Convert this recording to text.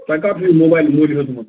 تۄہہِ کٔر چھُو یہ موبایل مٔلۍ ہیوٚتمُت